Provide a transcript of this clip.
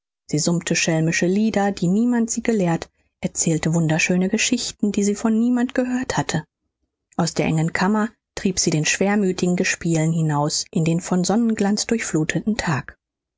sie summte schelmische lieder die niemand sie gelehrt erzählte wunderschöne geschichten die sie von niemand gehört hatte aus der engen kammer trieb sie den schwermüthigen gespielen heraus in den von sonnenglanz durchflutheten tag